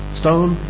stone